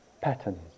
patterns